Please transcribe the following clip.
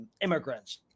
immigrants